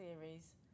series